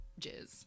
jizz